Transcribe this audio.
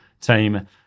team